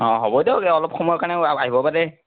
অঁ হ'ব দিয়ক এ অলপ সময়ৰ কাৰণে আ আইব পাৰে